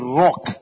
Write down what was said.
rock